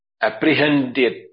apprehended